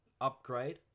upgrade